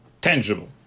Tangible